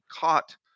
caught